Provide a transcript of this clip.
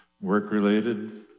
work-related